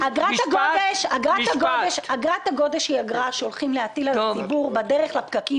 אגרת הגודש היא אגרה שהולכים להטיל על הציבור בדרך לפקקים